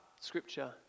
Scripture